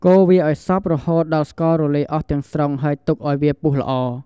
កូរវាឱ្យសព្វរហូតដល់ស្កររលាយអស់ទាំងស្រុង ហើយទុកអោយវាពុះល្អ។